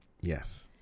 Yes